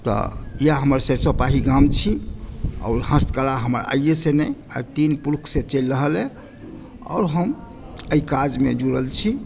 तऽ इएह हमर सरसोपाही गाम छी आओर हस्तकला हमर आइये सॅं नहि आइ तीन पुरुष सॅं चलि रहल अहि आओर हम एहि काजमे जुड़ल छी